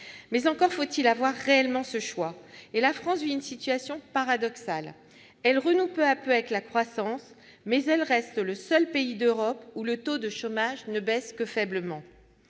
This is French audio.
Mais encore faut-il avoir réellement ce choix ! La France vit une situation paradoxale : elle renoue peu à peu avec la croissance, mais elle reste le seul pays d'Europe où le taux de chômage ne baisse que faiblement.